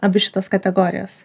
abi šitos kategorijos